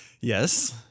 Yes